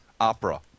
opera